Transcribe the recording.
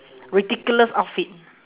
ridiculous outfit